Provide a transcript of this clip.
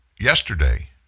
yesterday